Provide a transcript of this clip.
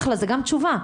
אחלה, זו גם תשובה.